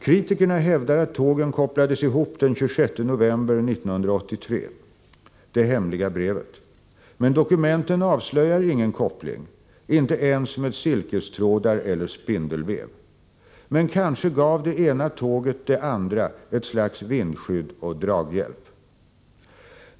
Kritikerna hävdar att tågen kopplades ihop den 26 november 1983, det hemliga brevet. Men dokumenten avslöjar ingen koppling, inte ens med silkestrådar eller spindelväv. Men kanske gav det ena tåget det andra ett slags vindskydd och draghjälp.